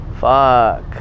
Fuck